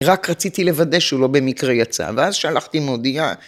רק רציתי לוודא שהוא לא במקרה יצא, ואז שלחתי מודיעה.